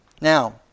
Now